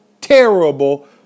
terrible